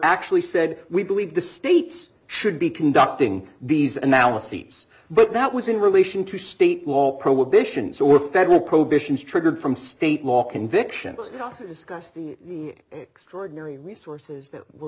actually said we believe the states should be conducting these analyses but that was in relation to state law prohibitions or federal probation is triggered from state law conviction because it has cost the extraordinary resources that w